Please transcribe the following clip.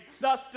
thus